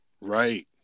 Right